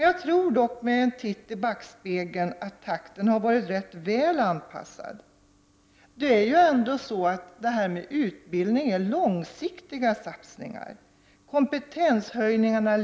Jag tror dock , med en titt i backspegeln, att takten har varit rätt väl anpassad. När det gäller utbildning är det fråga om långsiktiga satsningar, likaså när det gäller kompetenshöjningar.